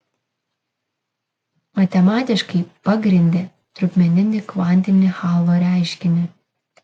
matematiškai pagrindė trupmeninį kvantinį hallo reiškinį